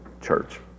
church